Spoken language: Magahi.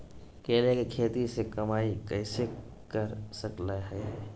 केले के खेती से कमाई कैसे कर सकय हयय?